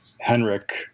Henrik